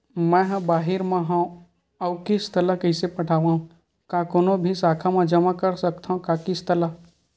मैं हा बाहिर मा हाव आऊ किस्त ला कइसे पटावव, का कोनो भी शाखा मा जमा कर सकथव का किस्त ला?